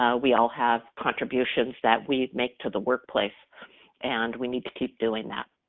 ah we all have contributions that we make to the workplace and we need to keep doing that.